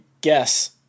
guess